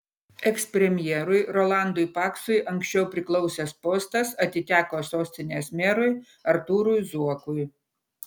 ekspremjerui rolandui paksui anksčiau priklausęs postas atiteko sostinės merui artūrui zuokui